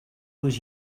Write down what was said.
was